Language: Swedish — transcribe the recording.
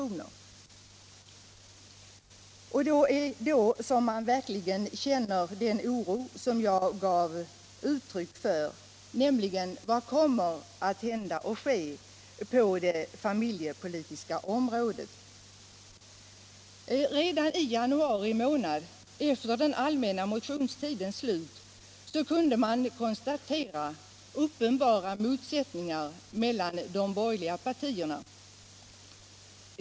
Det är detta som gör att man känner verklig oro, den oro som jag gav uttryck för inledningsvis, nämligen: Vad kommer att ske på det familjepolitiska området? man konstatera uppenbara motsättningar mellan de borgerliga partierna.